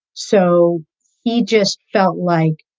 so he just felt like,